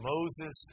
Moses